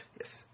Yes